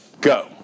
go